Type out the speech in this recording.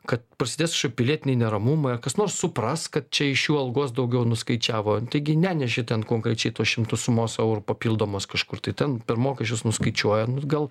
kad prasidės pilietiniai neramumai ar kas nors supras kad čia iš jų algos daugiau nuskaičiavo taigi neneši ten konkrečiai tos šimto sumos eurų papildomos kažkur tai ten per mokesčius nuskaičiuoja nu gal